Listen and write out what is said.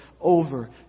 over